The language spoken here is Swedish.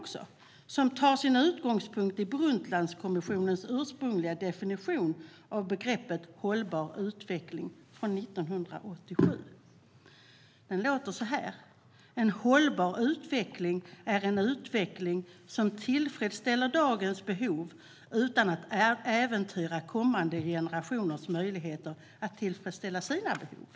Det tar sin utgångspunkt i Brundtlandkommissionens ursprungliga definition från 1987 av begreppet hållbar utveckling: En hållbar utveckling är en utveckling som tillfredsställer dagens behov utan att äventyra kommande generationers möjligheter att tillfredsställa sina behov.